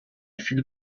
viel